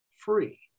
free